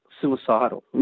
suicidal